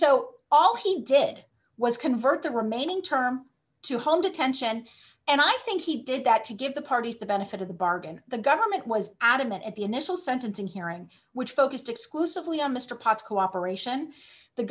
so all he did was convert the remaining term to home detention and i think he did that to give the parties the benefit of the bargain the government was adamant at the initial sentencing hearing which focused exclusively on mr potts cooperation the